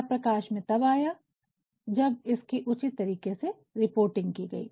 यह प्रकाश में तब आया जब इसकी उचित तरीके से रिपोर्टिंग की गई